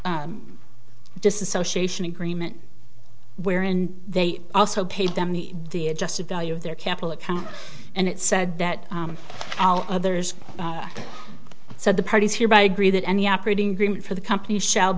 disassociation agreement wherein they also paid them the the adjusted value of their capital account and it said that all others said the parties here i agree that any operating agreement for the company shall